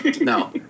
No